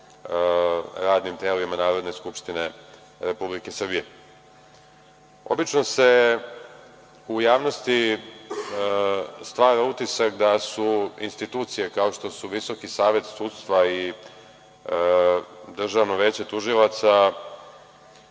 radnim telima Narodne skupštine Republike Srbije. Obično se u javnosti stvar utisak da su institucije, kao što je Visoki savet sudstva i Državno veće tužilaca